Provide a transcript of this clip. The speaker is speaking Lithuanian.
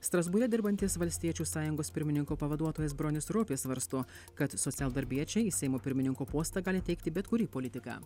strasbūre dirbantis valstiečių sąjungos pirmininko pavaduotojas bronius ropė svarsto kad socialdarbiečiai į seimo pirmininko postą gali teikti bet kurį politiką